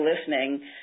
listening